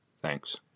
Thanks